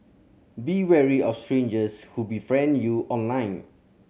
be wary of strangers who befriend you online